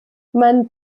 man